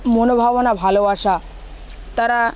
মনোভাবনা ভালোবাসা তারা